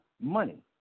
money